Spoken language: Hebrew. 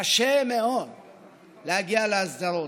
קשה מאוד להגיע להסדרות.